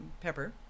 Pepper